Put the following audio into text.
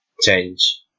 change